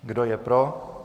Kdo je pro?